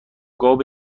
قاب